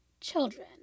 children